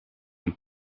een